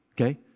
okay